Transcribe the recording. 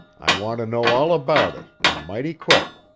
i want to know all about it, and mighty quick!